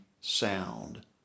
sound